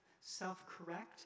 self-correct